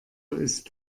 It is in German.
ist